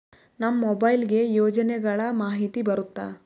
ನಮ್ ಮೊಬೈಲ್ ಗೆ ಯೋಜನೆ ಗಳಮಾಹಿತಿ ಬರುತ್ತ?